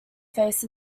face